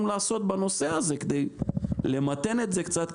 לעשות בנושא הזה כדי למתן את זה קצת,